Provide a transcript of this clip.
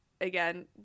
again